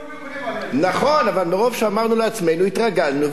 אבל מרוב שאמרנו לעצמנו התרגלנו והתחלנו גם להאמין בזה.